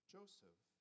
Joseph